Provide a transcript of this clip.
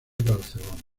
barcelona